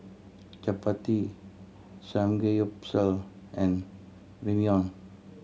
Chapati Samgeyopsal and Ramyeon